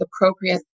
appropriate